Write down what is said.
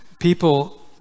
people